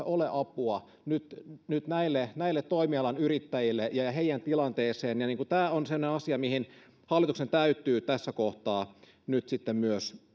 ole apua nyt nyt näille näille toimialan yrittäjille ja ja heidän tilanteeseensa ja tämä on se asia mihin hallituksen täytyy tässä kohtaa nyt sitten myös